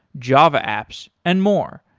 java apps and more.